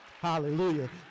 Hallelujah